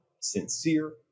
sincere